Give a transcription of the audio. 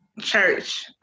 church